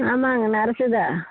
ஆமாம்ங்க நரஸு தான்